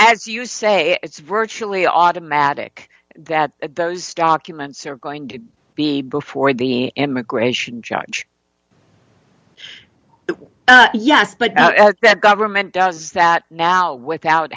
as you say it's virtually automatic that those documents are going to be before the emigration judge yes but the government does that now without